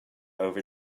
over